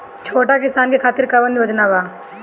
छोटा किसान के खातिर कवन योजना बा?